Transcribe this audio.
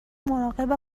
مراقب